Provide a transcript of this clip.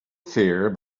fear